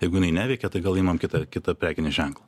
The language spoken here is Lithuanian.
jeigu jinai neveikia tai gal imam kitą kitą prekinį ženklą